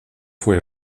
fue